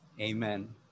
Amen